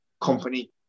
Company